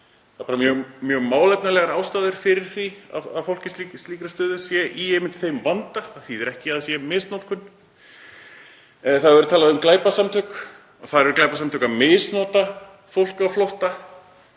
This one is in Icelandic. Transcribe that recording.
Það eru bara mjög málefnalegar ástæður fyrir því að fólk í slíkri stöðu sé í einmitt þeim vanda. Það þýðir ekki að það sé misnotkun. Það hefur verið talað um glæpasamtök. Þar eru glæpasamtök að misnota fólk á flótta,